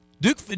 Duke